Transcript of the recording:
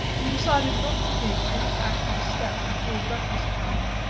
we decided not to take any active step before breakfast time.